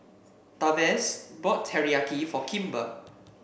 Tavares bought Teriyaki for Kimber